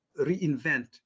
reinvent